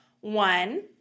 one